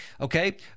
okay